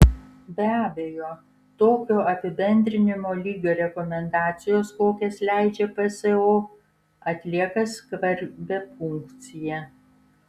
be abejo tokio apibendrinimo lygio rekomendacijos kokias leidžia pso atlieka svarbią funkciją